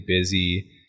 busy